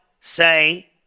Say